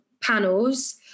panels